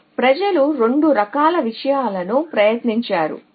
కాబట్టి ప్రజలు రెండు రకాల విషయాలను ప్రయత్నించారు